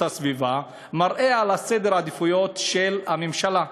הסביבה מראה את סדר העדיפויות של הממשלה.